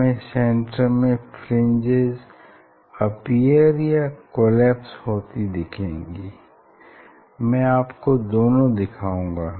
हमें सेन्टर में fringes appear या कोलॅप्स होती दिखेंगी मैं आपको दोनों दिखाऊंगा